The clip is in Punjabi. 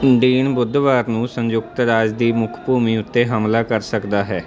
ਡੀਨ ਬੁੱਧਵਾਰ ਨੂੰ ਸੰਯੁਕਤ ਰਾਜ ਦੀ ਮੁੱਖ ਭੂਮੀ ਉੱਤੇ ਹਮਲਾ ਕਰ ਸਕਦਾ ਹੈ